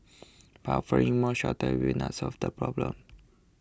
but offering more shelters will not solve the problem